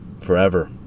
forever